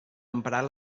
emprar